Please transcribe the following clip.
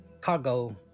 cargo